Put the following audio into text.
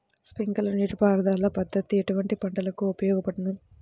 Sprinkler నీటిపారుదల పద్దతి ఎటువంటి పంటలకు ఉపయోగపడును?